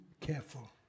careful